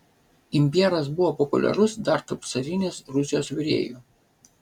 imbieras buvo populiarus dar tarp carinės rusijos virėjų